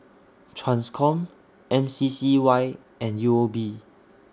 TRANSCOM M C C Y and U O B